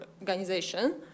Organization